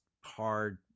hard